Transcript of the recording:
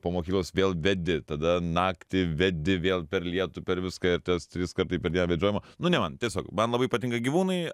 po mokyklos vėl vedi tada naktį vedi vėl per lietų per viską ir tas triskart taip per dieną vedžiojimo nu ne man tiesiog man labai patinka gyvūnai